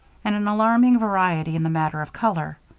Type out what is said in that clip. and an alarming variety in the matter of color.